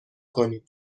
کنیم